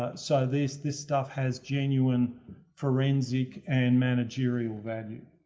ah so this this stuff has genuine forensic and managerial value.